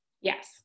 Yes